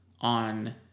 on